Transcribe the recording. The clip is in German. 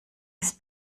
ist